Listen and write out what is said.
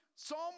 Psalm